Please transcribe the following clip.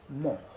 more